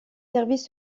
services